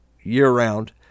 year-round